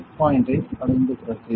set பாயின்ட்டை அடைந்த பிறகு